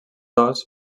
dos